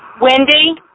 Wendy